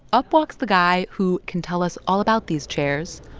up walks the guy who can tell us all about these chairs,